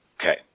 Okay